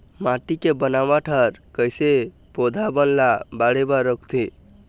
माटी के बनावट हर कइसे पौधा बन ला बाढ़े बर रोकथे?